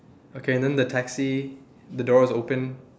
okay then the taxi the door is open